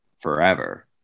forever